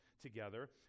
together